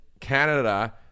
Canada